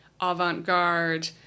avant-garde